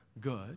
good